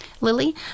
Lily